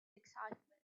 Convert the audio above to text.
excitement